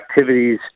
activities